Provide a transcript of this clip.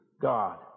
God